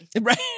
Right